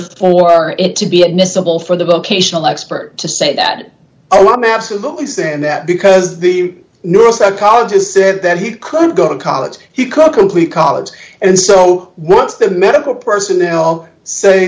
for it to be admissible for the vocational expert to say that oh i'm absolutely saying that because the neuropsychologist said that he could go to college he could complete college and so what's the medical personnel so